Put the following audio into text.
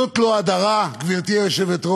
זאת לא הדרה, גברתי היושבת-ראש?